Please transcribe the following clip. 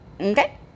Okay